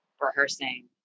rehearsing